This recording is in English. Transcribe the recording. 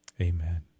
Amen